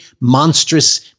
monstrous